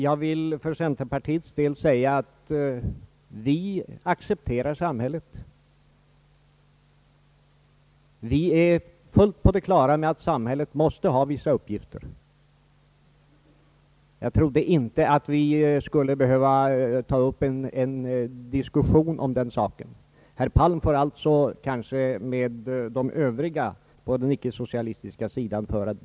Jag vill för centerpartiets del säga att vi accepterar samhället som sådant. Vi är fullt på det klara med att samhället måste ha vissa uppgifter — jag trodde inte att centern och socialdemokratin skulle behöva ta upp en diskussion om den saken. Herr Palm får alltså föra den debatten med de övriga på den icke-socialistiska sidan.